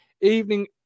Evening